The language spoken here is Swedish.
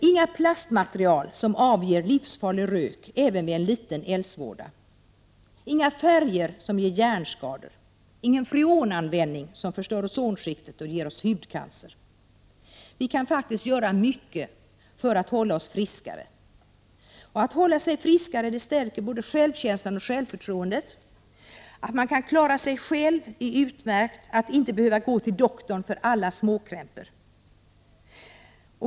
Inga plastmaterial som avger livsfarlig rök även vid en liten eldsvåda, inga färger som ger hjärnskador, ingen freonanvändning som förstör ozonskiktet och ger oss hudcancer. Vi kan faktiskt göra mycket för att hålla oss friskare. Det stärker självkänslan och självförtroendet att klara sig själv, att inte behöva gå till doktorn för alla småkrämpor.